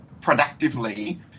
productively